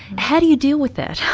how do you deal with that,